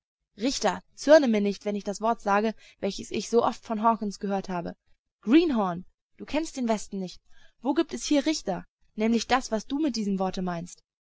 richter zürne mir nicht wenn ich das wort sage welches ich so oft von hawkens gehört habe greenhorn du kennst den westen nicht wo gibt es hier richter nämlich das was du mit diesem worte meinst